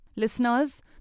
Listeners